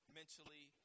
mentally